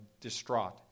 distraught